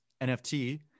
NFT